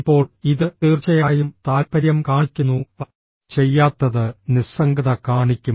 ഇപ്പോൾ ഇത് തീർച്ചയായും താൽപര്യം കാണിക്കുന്നു ചെയ്യാത്തത് നിസ്സംഗത കാണിക്കും